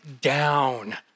down